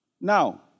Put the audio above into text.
Now